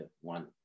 one